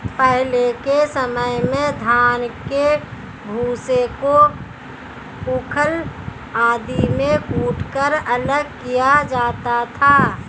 पहले के समय में धान के भूसे को ऊखल आदि में कूटकर अलग किया जाता था